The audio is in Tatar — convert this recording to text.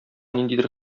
ниндидер